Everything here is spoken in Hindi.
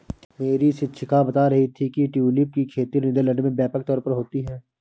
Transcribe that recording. मेरी शिक्षिका बता रही थी कि ट्यूलिप की खेती नीदरलैंड में व्यापक तौर पर होती है